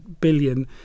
billion